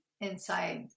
inside